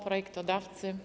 Projektodawcy!